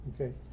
Okay